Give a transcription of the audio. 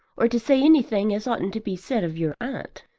or to say anything as oughtn't to be said of your aunt.